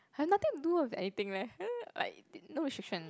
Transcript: have nothing to do with anything leh like no restriction